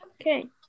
Okay